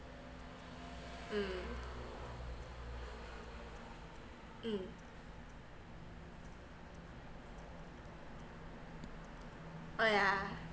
mm mm oh yeah